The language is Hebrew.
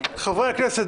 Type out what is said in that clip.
חברי הכנסת,